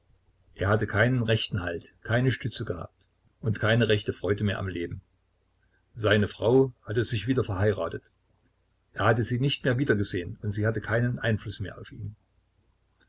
er hatte keinen rechten halt keine stütze gehabt und keine rechte freude mehr am leben seine frau hatte sich wieder verheiratet er hatte sie nicht mehr wiedergesehen und sie hatte keinen einfluß mehr auf ihn